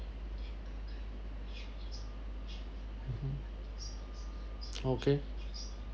mmhmm okay